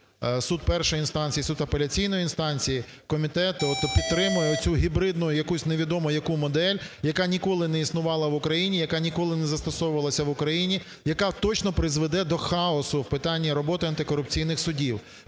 суд першої інстанції, суд апеляційної інстанції, комітет підтримує оцю гібридну якусь невідомо яку модель, яка ніколи не існувала в Україні, яка ніколи не застосовувалася в Україні, яка точно призведе до хаосу в питанні роботи антикорупційних судів.